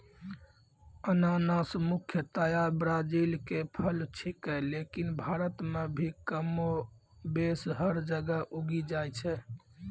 अनानस मुख्यतया ब्राजील के फल छेकै लेकिन भारत मॅ भी कमोबेश हर जगह उगी जाय छै